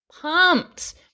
pumped